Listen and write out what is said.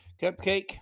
Cupcake